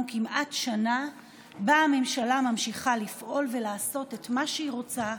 כמעט שנה שבה הממשלה ממשיכה לפעול ולעשות את מה שהיא רוצה,